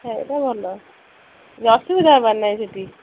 ଖାଇବାଟା ଭଲ କିଛି ଅସୁବିଧା ହେବାର ନାହିଁ ସେଠି